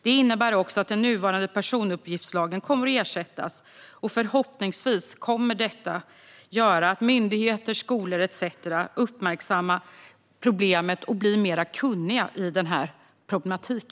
Det innebär också att den nuvarande personuppgiftslagen kommer att ersättas. Förhoppningsvis kommer detta att göra att myndigheter, skolor etcetera uppmärksammar problemet och blir mer kunniga i denna problematik.